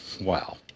Wow